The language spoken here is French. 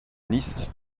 nice